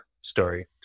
story